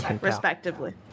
respectively